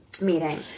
meeting